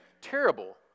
terrible